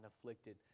afflicted